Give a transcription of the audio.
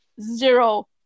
zero